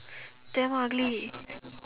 damn ugly